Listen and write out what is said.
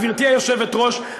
גברתי היושבת-ראש,